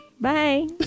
Bye